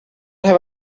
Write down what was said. have